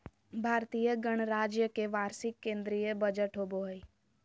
भारतीय गणराज्य के वार्षिक केंद्रीय बजट होबो हइ